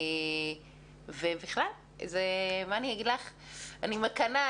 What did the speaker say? אני מקנאה.